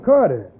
Carter